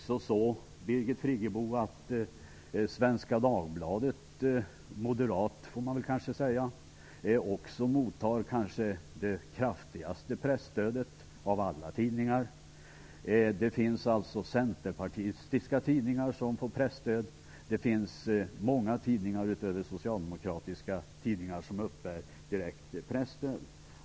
Svenska Dagbladet, som man kanske kan kalla moderat, mottar det kanske kraftigaste presstödet av alla tidningar. Det finns centerpartistiska tidningar som får presstöd. Många tidningar utöver de socialdemokratiska uppbär direkt presstöd.